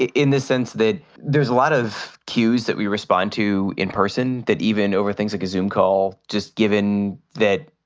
in the sense that there's a lot of cues that we respond to in person that even over things like asume call, just given that,